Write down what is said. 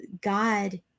God